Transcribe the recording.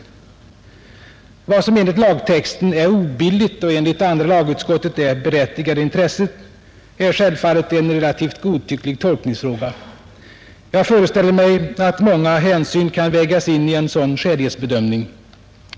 Vad som enligt lagtexten är ”obilligt” och enligt andra lagutskottet ”berättigade intressen” är självfallet en relativt godtycklig tolkningsfråga. Jag föreställer mig att många hänsyn kan vägas in i en sådan skälighetsbedömning.